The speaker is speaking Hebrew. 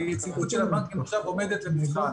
היציבות של הבנקים עכשיו עומדת למבחן.